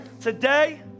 today